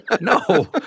No